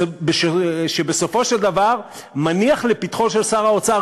דוח שבסופו של דבר מניח לפתחו של שר האוצר,